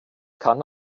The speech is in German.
kann